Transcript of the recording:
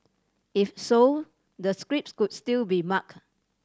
if so the scripts could still be marked